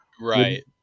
Right